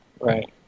Right